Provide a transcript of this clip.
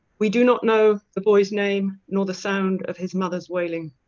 we do not know the boy's name nor the sound of his mother's wailing.